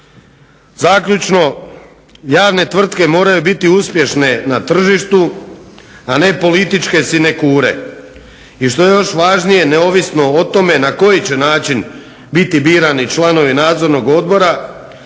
Zaključno, javne tvrtke moraju biti uspješne na tržištu, a ne političke sinekure. I što je još važnije neovisno o tome na koji će način biti birani članovi nadzornog odbora,